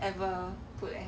ever put leh